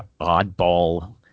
oddball